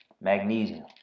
Magnesium